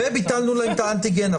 ביטלנו להם את האנטיגן.